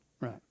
Right